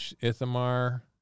Ithamar